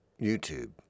YouTube